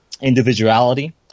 individuality